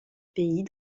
pays